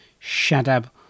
Shadab